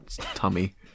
tummy